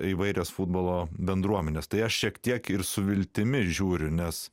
įvairios futbolo bendruomenės tai aš šiek tiek ir su viltimi žiūriu nes